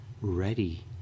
ready